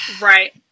Right